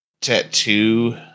tattoo